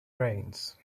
reigns